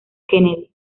kennedy